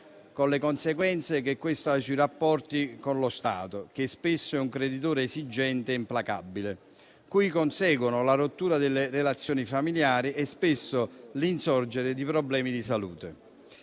con le conseguenze che questo ha sui rapporti con lo Stato, che spesso è un creditore esigente e implacabile, cui conseguono la rottura delle relazioni familiari e spesso l'insorgere di problemi di salute.